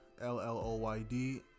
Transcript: l-l-o-y-d